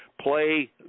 play